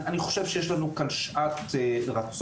אני חושב שיש לנו כאן שעת רצון,